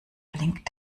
blinkt